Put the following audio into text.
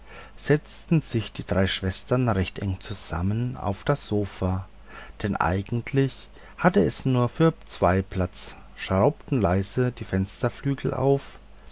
setzten sich die drei schwestern recht eng zusammen auf das sofa denn eigentlich hatte es nur für zwei platz schraubten leise die fensterflügel auf